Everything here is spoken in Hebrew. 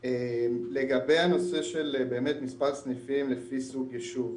לגבי הנושא של מספר סניפים לפי סוג יישוב,